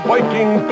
Viking